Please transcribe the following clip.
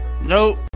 Nope